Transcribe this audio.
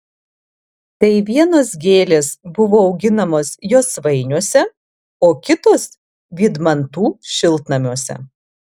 tai vienos gėlės buvo auginamos josvainiuose o kitos vydmantų šiltnamiuose